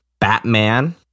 Batman